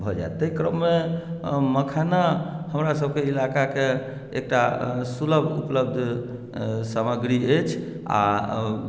भऽ जाय ताहि क्रममे मखाना हमरासभके इलाकाके एकटा सुलभ उपलब्ध सामग्री अछि आ